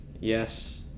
Yes